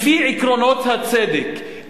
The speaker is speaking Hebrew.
לפי עקרונות הצדק,